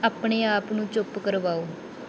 ਆਪਣੇ ਆਪ ਨੂੰ ਚੁੱਪ ਕਰਵਾਓ